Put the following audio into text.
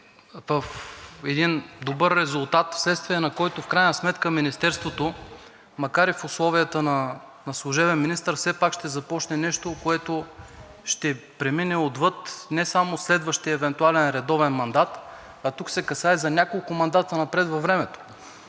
един добър резултат, в следствие на който Министерството, макар и в условията на служебен министър, все пак ще започне нещо, което ще премине отвъд не само следващия евентуален редовен мандат, а тук се касае за няколко мандата напред във времето.